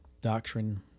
doctrine